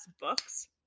books